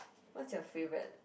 what's your favourite